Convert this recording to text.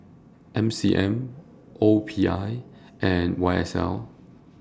M C M O P I and Y S L